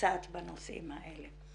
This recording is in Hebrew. קצת בנושאים האלה.